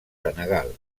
senegal